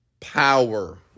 power